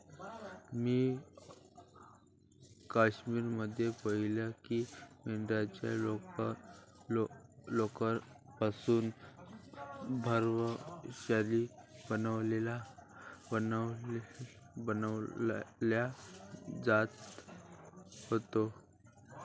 मी काश्मीर मध्ये पाहिलं की मेंढ्यांच्या लोकर पासून भव्य शाली बनवल्या जात होत्या